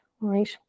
right